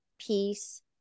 peace